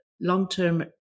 long-term